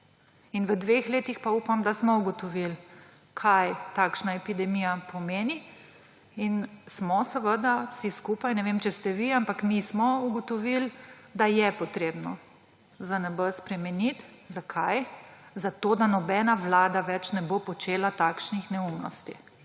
V dveh letih pa upam, da smo ugotovili, kaj takšna epidemija pomeni, in smo seveda vsi skupaj, ne vem, če ste vi, ampak mi smo ugotovili, da je treba ZNB spremeniti. Zakaj? Zato da nobena vlada več ne bo počela takšnih neumnosti.